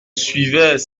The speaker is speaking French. suivais